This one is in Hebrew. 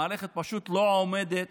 המערכת פשוט לא עומדת